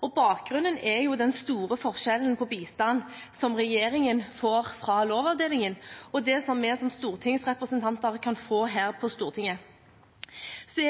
og bakgrunnen er den store forskjellen på bistand som regjeringen får fra Lovavdelingen, og det vi som stortingsrepresentanter kan få her på Stortinget. De